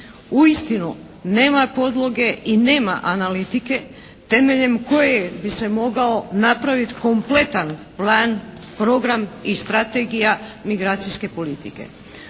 Uistinu nema podloge i nema analitike temeljem koje bi se mogao napraviti kompletan plan, program i strategija migracijske politike.